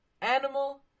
animal